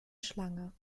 schlange